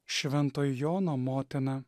švento jono motina